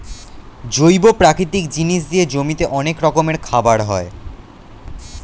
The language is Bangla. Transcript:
জৈব প্রাকৃতিক জিনিস দিয়ে জমিতে অনেক রকমের খাবার হয়